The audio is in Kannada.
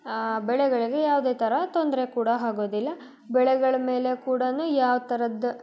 ಬೆಳೆಗಳಿಗೆ ಯಾವುದೇ ಥರ ತೊಂದರೆ ಕೂಡ ಆಗೋದಿಲ್ಲ ಬೆಳೆಗಳ ಮೇಲೆ ಕೂಡಾ ಯಾವ ಥರದ